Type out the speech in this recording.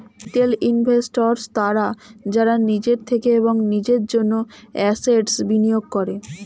retail investors তারা যারা নিজের থেকে এবং নিজের জন্য অ্যাসেট্স্ বিনিয়োগ করে